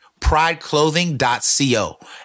prideclothing.co